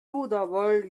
world